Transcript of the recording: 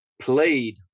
played